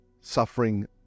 suffering